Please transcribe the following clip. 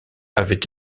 avait